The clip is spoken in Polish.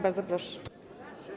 Bardzo proszę.